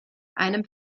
einem